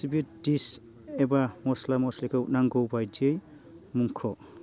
suite डिस एबा मस्ला मस्लिखौ नांगौबायदियै मुंख'